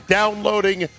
downloading